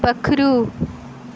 पक्खरू